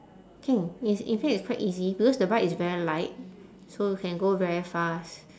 can it's in fact it's quite easy because the bike is very light so can go very fast